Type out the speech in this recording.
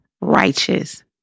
righteous